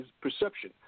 perception